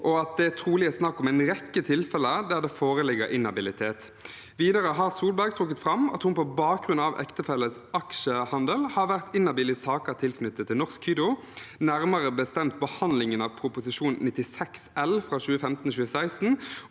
og at det trolig er snakk om en rekke tilfeller der det har foreligget inhabilitet. Videre har Solberg trukket fram at hun på bakgrunn av ektefelles aksjehandler har vært inhabil i saker tilknyttet Norsk Hydro, nærmere bestemt behandlingen av Prop. 96 L for 2015– 2016,